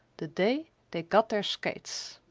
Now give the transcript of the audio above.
the day they got their skates